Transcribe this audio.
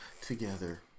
together